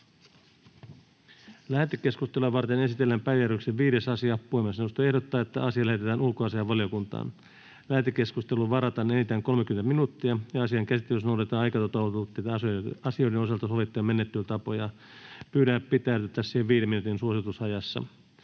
Lähetekeskustelua varten esitellään päiväjärjestyksen 7. asia. Puhemiesneuvosto ehdottaa, että asia lähetetään ulkoasiainvaliokuntaan. Lähetekeskusteluun varataan enintään 30 minuuttia ja asian käsittelyssä noudatetaan aikataulutettujen asioiden osalta sovittuja menettelytapoja. — Edustaja Heikkinen, olkaa